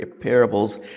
parables